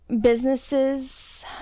businesses